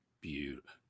Beautiful